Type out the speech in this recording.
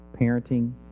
parenting